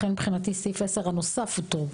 לכן מבחינתי סעיף 10 הנוסף הוא טוב.